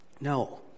No